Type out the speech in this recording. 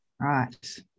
Right